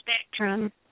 spectrum